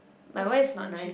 my voice not nice